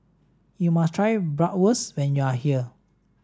you must try Bratwurst when you are here